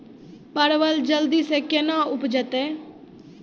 परवल जल्दी से के ना उपजाते?